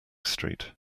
street